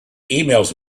emails